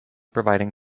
providing